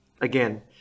Again